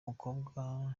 mukobwa